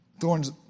thorns